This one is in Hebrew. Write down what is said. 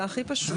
זה הכי פשוט.